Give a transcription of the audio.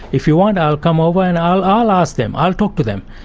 if you want i'll come over and i'll i'll ask them, i'll talk to them.